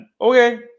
Okay